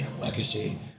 legacy